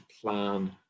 plan